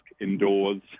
indoors